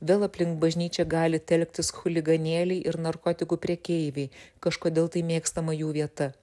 vėl aplink bažnyčią gali telktis chuliganėliai ir narkotikų prekeiviai kažkodėl tai mėgstama jų vieta